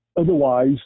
Otherwise